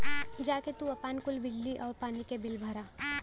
जा के तू आपन कुल बिजली आउर पानी क बिल भरा